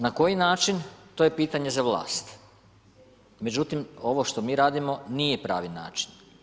Na koji način, to je pitanje za vlast, međutim ovo što mi radimo nije pravi način.